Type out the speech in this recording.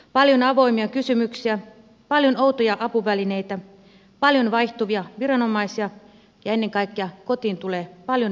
paljon avoimia kysymyksiä paljon outoja apuvälineitä paljon vaihtuvia viranomaisia ja ennen kaikkea kotiin tulee paljon vieraita ihmisiä